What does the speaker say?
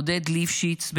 עודד ליפשיץ,